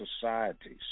societies